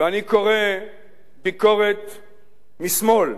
ואני קורא ביקורת משמאל: